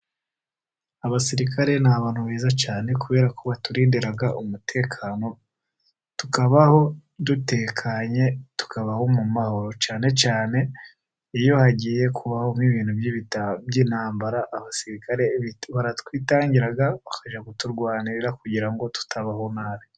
Abasirikare ni abantu beza cyane, kubera ko baturindira umutekano tukabaho dutekanye tukabaho mu mahoro, cyane cyane iyo hagiye kubaho nk'ibintu by'intambara, abasirikare baratwitangira bakajya kuturwanirira kugira ngo tutabaho nabi.